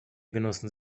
genossen